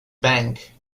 bank